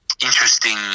interesting